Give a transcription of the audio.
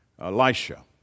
Elisha